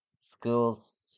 Schools